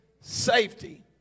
safety